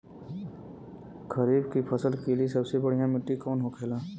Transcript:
खरीफ की फसल के लिए सबसे बढ़ियां मिट्टी कवन होखेला?